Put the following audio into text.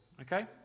Okay